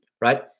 right